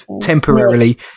temporarily